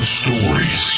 stories